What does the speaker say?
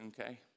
okay